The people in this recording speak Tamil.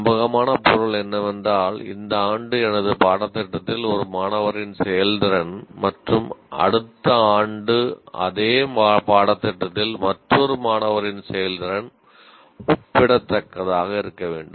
நம்பகமான பொருள் என்னவென்றால் இந்த ஆண்டு எனது பாடத்திட்டத்தில் ஒரு மாணவரின் செயல்திறன் மற்றும் அடுத்த ஆண்டு அதே பாடத்திட்டத்தில் மற்றொரு மாணவரின் செயல்திறன் ஒப்பிடத்தக்கதாக இருக்க வேண்டும்